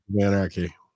anarchy